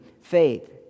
faith